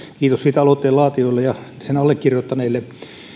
kiitos siitä aloitteen laatijoille ja sen allekirjoittaneille